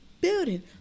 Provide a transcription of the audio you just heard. building